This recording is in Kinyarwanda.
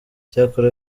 cyakora